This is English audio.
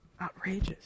outrageous